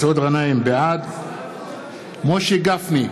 בעד משה גפני,